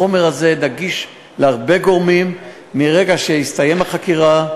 החומר הזה נגיש להרבה גורמים מרגע שהסתיימה החקירה,